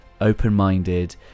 open-minded